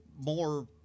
more